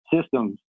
systems